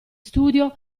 studio